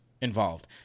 involved